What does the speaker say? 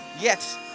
Yes